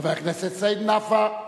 חבר הכנסת סעיד נפאע,